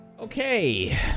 Okay